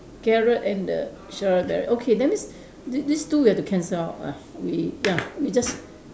carrot and the strawberry okay that means these these two we have to cancel out ah we ya we just